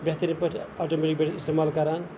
بہتریٖن پٲٹھۍ آٹومیٹِک پٲٹھۍ اِستعمال کران